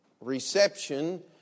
reception